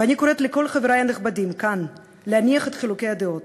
ואני קוראת לכל חברי הנכבדים כאן להניח את חילוקי דעות,